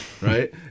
right